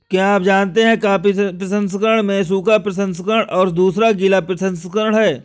क्या आप जानते है कॉफ़ी प्रसंस्करण में सूखा प्रसंस्करण और दूसरा गीला प्रसंस्करण है?